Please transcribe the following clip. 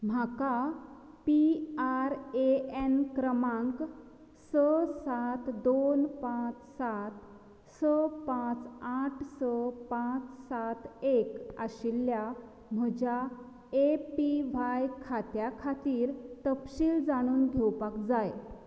म्हाका P R A N क्रमांक स सात दोन पांच सात स पांच आठ स पांच सात एक आशिल्ल्या म्हज्या ए पी व्हाय खात्या खातीर तपशील जाणून घेवपाक जाय